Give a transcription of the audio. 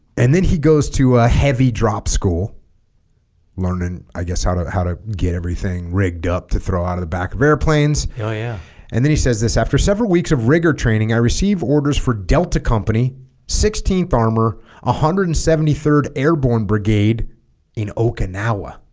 and then he goes to a heavy drop school learning i guess how to how to get everything rigged up to throw out of the back of airplanes oh yeah and then he says this after several weeks of rigor training i receive orders for delta company sixteenth armor one ah hundred and seventy third airborne brigade in okinawa